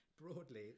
broadly